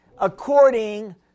according